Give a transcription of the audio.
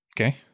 Okay